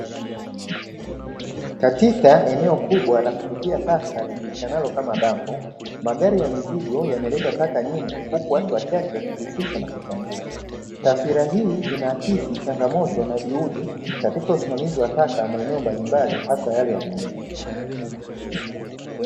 Katika eneo kubwa la kutupia taka lijulikanalo kama dampo, magari ya mizigo yameleta taka nyingi huku watu wachache wakizishusha na kuchambua, taswira hii inaakisi changamoto na juhudi katika usimamizi wa taka katika maeneo mbalimbali hasa yale ya mijini.